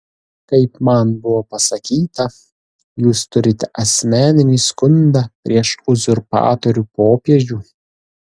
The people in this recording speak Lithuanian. kaip man buvo pasakyta jūs turite asmeninį skundą prieš uzurpatorių popiežių